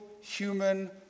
human